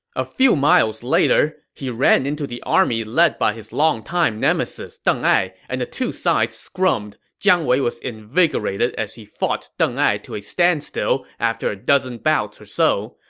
a few miles later, he ran into the army led by his longtime nemesis deng ai, and the two sides scrummed. jiang wei was invigorated as he fought deng ai to a standstill after a dozen bouts or so.